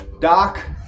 Doc